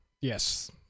Yes